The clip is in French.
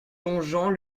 longeant